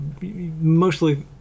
mostly